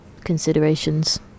Considerations